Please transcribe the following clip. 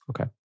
Okay